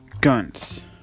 Guns